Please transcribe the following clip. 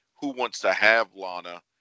who-wants-to-have-Lana